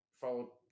follow